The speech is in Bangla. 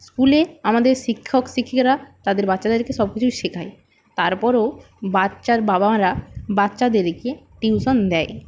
স্কুলে আমাদের শিক্ষক শিক্ষিকারা তাদের বাচ্চাদেরকে সবকিছুই শেখায় তার পরেও বাচ্চার বাবা মারা বাচ্চাদেরকে টিউশান দেয়